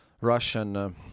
Russian